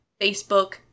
Facebook